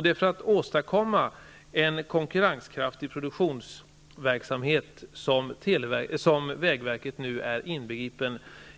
Det är för att åstadkomma en konkurrenskraftig produktionsverksamhet som vägverket nu är inbegripet